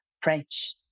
French